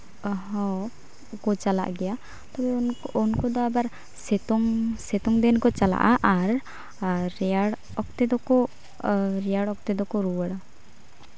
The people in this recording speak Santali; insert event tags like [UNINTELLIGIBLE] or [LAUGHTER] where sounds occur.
[UNINTELLIGIBLE] ᱠᱚ ᱪᱟᱞᱟᱜ ᱜᱮᱭᱟ ᱩᱱᱠᱩ ᱫᱚ ᱟᱵᱟᱨ ᱥᱤᱛᱩᱝ ᱥᱤᱛᱩᱝ ᱫᱤᱱ ᱠᱚ ᱪᱟᱞᱟᱜᱼᱟ ᱟᱨ ᱟᱨ ᱨᱮᱭᱟᱲ ᱚᱠᱛᱮ ᱫᱚᱠᱚ ᱨᱮᱭᱟᱲ ᱚᱠᱛᱮ ᱫᱚᱠᱚ ᱨᱩᱣᱟᱹᱲᱟ